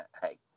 Hey